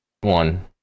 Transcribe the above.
one